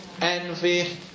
envy